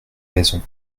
raison